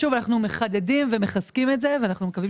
אנחנו מחדדים ומחזקים את זה ומקווים